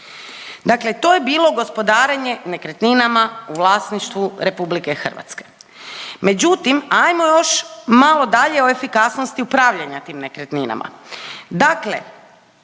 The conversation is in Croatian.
Dakle to je bilo gospodarenje nekretninama u vlasništvu RH. Međutim, ajmo još malo dalje o efikasnosti upravljanja tim nekretninama.